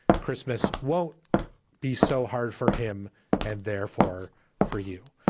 christmas won't be so hard for him and therefore for you.